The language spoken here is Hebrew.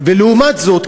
ולעומת זאת,